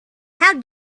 how